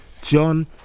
John